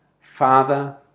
Father